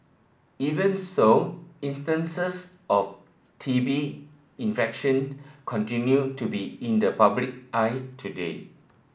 even so instances of T B infection continue to be in the public eye today